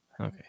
Okay